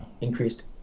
increased